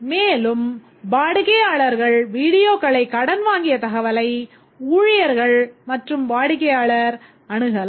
மேலும் வாடிக்கையாளர்கள் விடீயோக்களை கடன் வாங்கிய தகவலை ஊழியர்கள் மற்றும் வாடிக்கையாளர் அணுகலாம்